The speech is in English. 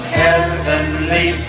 heavenly